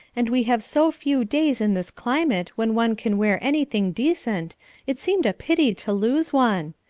and we have so few days in this climate when one can wear anything decent it seemed a pity to lose one.